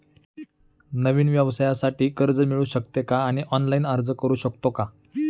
नवीन व्यवसायासाठी कर्ज मिळू शकते का आणि ऑनलाइन अर्ज करू शकतो का?